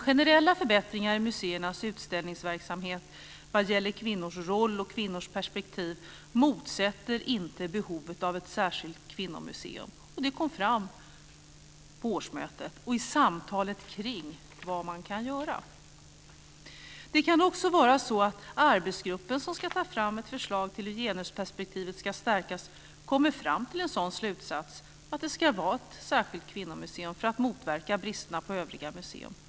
Generella förbättringar i museernas utställningsverksamhet vad gäller kvinnors roll och kvinnors perspektiv motverkar inte behovet av ett särskilt kvinnomuseum. Det kom fram på årsmötet och i samtalet kring vad man kan göra. Det kan också vara så att arbetsgruppen som ska ta fram ett förslag till hur genusperspektivet ska stärkas kommer fram till en sådan slutsats att det ska vara ett särskilt kvinnomuseum för att motverka bristerna på övriga museer.